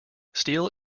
steel